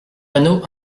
panneau